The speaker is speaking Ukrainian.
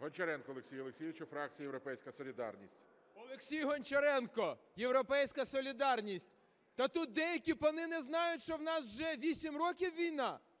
Гончаренку Олексію Олексійовичу, фракція "Європейська солідарність". 13:42:17 ГОНЧАРЕНКО О.О. Олексій Гончаренко, "Європейська солідарність". Та тут деякі пани не знають, що у нас вже вісім років війна!